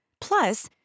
Plus